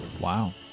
Wow